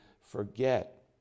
forget